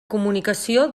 comunicació